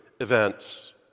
events